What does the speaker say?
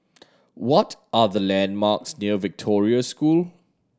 what are the landmarks near Victoria School